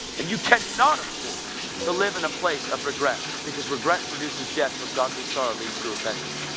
and you cannot afford to live in a place of regret because regret produces death, but godly sorrow leads to repentance.